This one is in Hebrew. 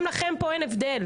גם לכם פה אין הבדל,